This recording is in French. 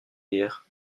hier